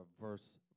verse